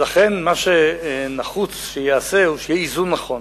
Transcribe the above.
לכן, מה שנחוץ הוא שיהיה איזון נכון,